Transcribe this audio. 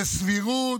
סבירות.